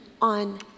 on